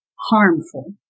harmful